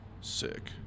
Sick